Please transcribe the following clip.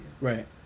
Right